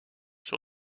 sur